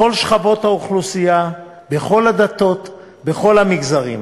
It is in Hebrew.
בכל שכבות האוכלוסייה, בכל הדתות, בכל המגזרים.